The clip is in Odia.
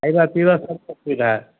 ଖାଇବା ପିଇବା ସବୁ ଅସୁବିଧା